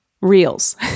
reels